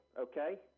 Okay